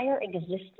existence